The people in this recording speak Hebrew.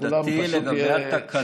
עמדתי לגבי התקנות ידועה,